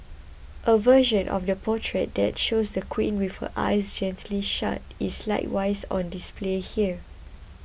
a version of the portrait that shows the Queen with her eyes gently shut is likewise on display here